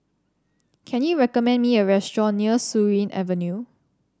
can you recommend me a restaurant near Surin Avenue